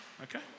okay